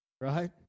right